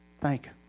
Thank